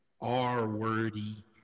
R-wordy